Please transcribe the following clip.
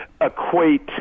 equate